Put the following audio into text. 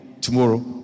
Tomorrow